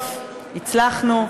סוף-סוף הצלחנו,